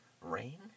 Rain